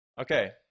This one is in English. Okay